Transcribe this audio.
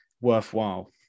worthwhile